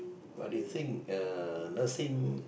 but they think uh nursing